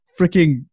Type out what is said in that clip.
freaking